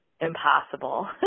impossible